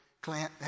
Clint